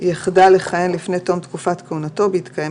יחדל לכהן לפני תום תקופת כהונתו בהתקיים